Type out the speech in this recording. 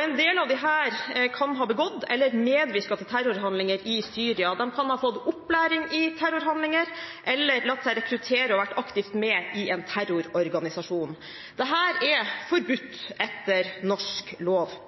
En del av disse kan ha begått eller medvirket til terrorhandlinger i Syria, de kan ha fått opplæring i terrorhandlinger eller latt seg rekruttere og vært aktivt med i en terrororganisasjon. Dette er forbudt etter norsk lov.